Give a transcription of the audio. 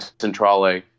Centrale